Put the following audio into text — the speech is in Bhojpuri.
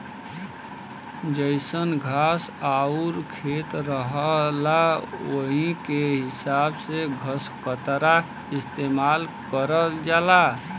जइसन घास आउर खेत रहला वही के हिसाब से घसकतरा इस्तेमाल करल जाला